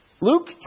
Luke